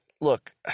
look